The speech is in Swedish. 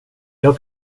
jag